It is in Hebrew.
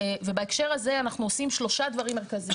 ובהקשר הזה אנחנו עושים שלושה דברים מרכזיים,